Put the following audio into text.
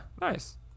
Nice